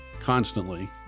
constantly